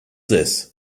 this